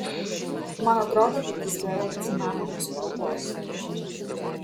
man atrodo kad jis beveik cinamono spalvos